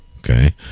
Okay